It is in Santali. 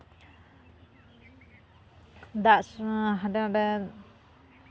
ᱫᱟᱜ ᱥᱚ ᱦᱟᱸᱰᱮᱱᱟᱸᱰᱮ